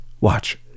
Watch